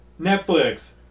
Netflix